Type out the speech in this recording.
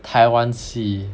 Taiwan 戏